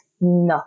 No